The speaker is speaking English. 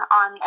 on